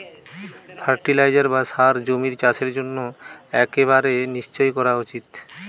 fertiliser বা সার জমির চাষের জন্য একেবারে নিশ্চই করা উচিত